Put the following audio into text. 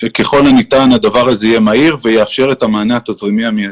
ככל הניתן הדבר הזה יהיה מהיר ויאפשר את המענק התזרימי המיידי.